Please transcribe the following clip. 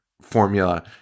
formula